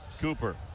Cooper